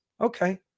Okay